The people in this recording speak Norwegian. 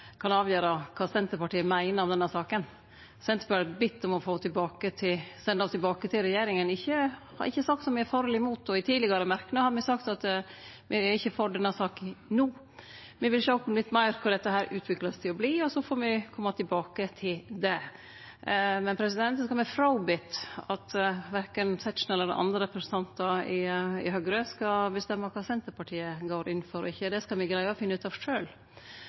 kan avgjere kva Senterpartiet meiner om denne saka. Senterpartiet har bedt om at ho vert send tilbake til regjeringa, me har ikkje sagt om me er for eller imot. I tidlegare merknader har me sagt at me ikkje er for denne saka no. Me vil sjå litt meir kva dette utviklar seg til å verte, og så får me kome tilbake til det. Men eg skal be meg fri for at Tetzschner eller andre representantar i Høgre skal bestemme kva Senterpartiet går inn for og ikkje. Det skal me greie å finne ut av